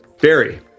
Barry